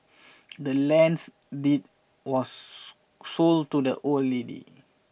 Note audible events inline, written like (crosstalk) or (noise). the land's deed was (unintelligible) sold to the old lady